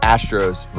Astros